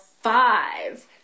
five